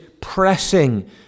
pressing